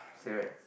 stay where